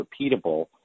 repeatable